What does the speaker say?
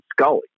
Scully